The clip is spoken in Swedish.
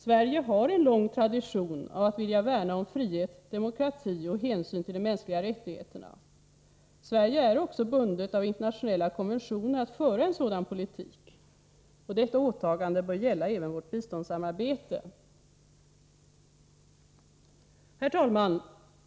Sverige har en lång tradition av att vilja värna om frihet, demokrati och hänsyn till de mänskliga rättigheterna. Sverige är också bundet av internationella konventioner att föra en sådan politik. Detta åtagande bör gälla även vårt biståndssamarbete. Herr talman!